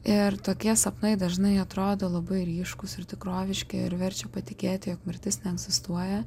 ir tokie sapnai dažnai atrodo labai ryškūs ir tikroviški ir verčia patikėti jog mirtis neegzistuoja